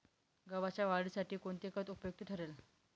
गव्हाच्या वाढीसाठी कोणते खत उपयुक्त ठरेल?